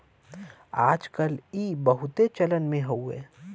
आज कल ई बहुते चलन मे हउवे